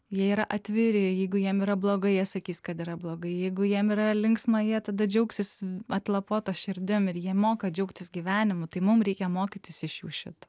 jie yra atviri jeigu jam yra blogai jie sakys kad yra blogai jeigu jiem yra linksma jie tada džiaugsis atlapota širdim ir jie moka džiaugtis gyvenimu tai mum reikia mokytis iš jų šito